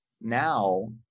now